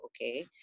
okay